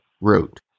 wrote